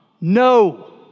No